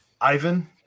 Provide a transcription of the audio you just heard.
Ivan